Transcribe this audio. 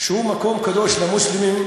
שהוא מקום קדוש למוסלמים,